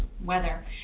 weather